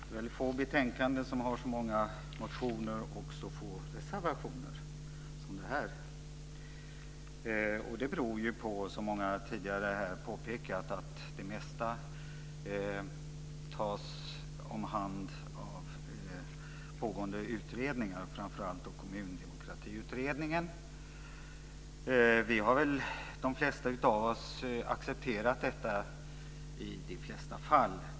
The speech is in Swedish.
Herr talman! Det är väldigt få betänkanden med så många motioner och så få reservationer som det här. Det beror på, som många tidigare här påpekat, att det mesta tas om hand av pågående utredningar, framför allt Kommundemokratiutredningen. Vi har, de flesta av oss, accepterat detta i de flesta fall.